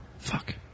Fuck